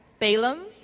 Balaam